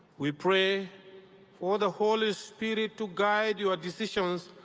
we pray for the holy spirit to guide your decisions,